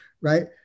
Right